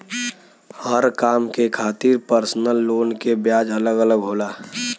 हर काम के खातिर परसनल लोन के ब्याज अलग अलग होला